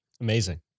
Amazing